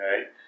Okay